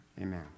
Amen